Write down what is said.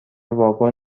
واگن